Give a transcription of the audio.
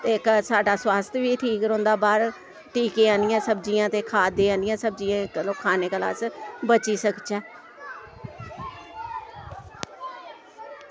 ते क साढ़ा स्वस्थ बी ठीक रौंह्दा बाह्र टिके आह्लियां सब्जियां ते खाद आह्लियां सब्जियां चलो खाने कोला अस बची सकचै